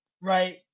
right